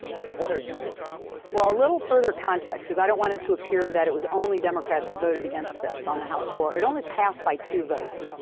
what are you looking for? well, a little further context. because i don't want it to appear that it was only democrats that voted against this, on the house floor. it only passed by two votes.